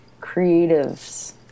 creatives